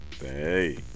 hey